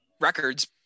records